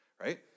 right